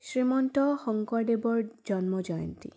শ্ৰীমন্ত শংকৰদেৱৰ জন্ম জয়ন্তী